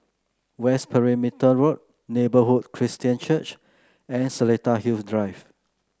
West Perimeter Road Neighbourhood Christian Church and Seletar Hills Drive